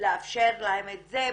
לאפשר להם את זה,